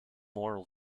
moral